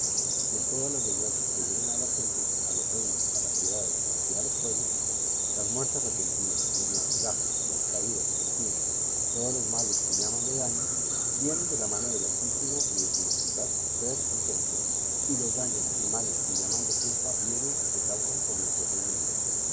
que todas las desgracias que vienen a las gentes a los reinos a las ciudades y a los pueblos las muertes repentinas los naufragios las caídas en fin todos los males que llaman de daño vienen de la mano del altísimo y de su voluntad permitente y los daños y males que llaman de culpa vienen y se causan por nosotros mismos